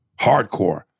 hardcore